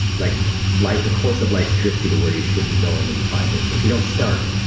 like like the course of life drifts you to where you should be going and you find it. but if you don't start,